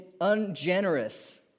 ungenerous